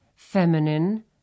Feminine